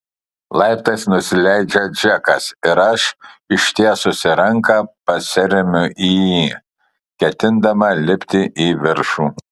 laiptais nusileidžia džekas ir aš ištiesusi ranką pasiremiu į jį ketindama lipti į viršų